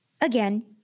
Again